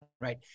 Right